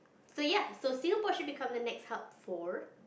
so ya so Singapore should become the next hub for